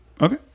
Okay